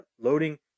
loading